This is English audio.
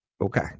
Okay